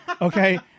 okay